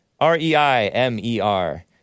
R-E-I-M-E-R